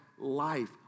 life